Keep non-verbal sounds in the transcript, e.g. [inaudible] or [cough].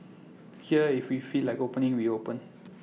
here if we feel like opening we open [noise]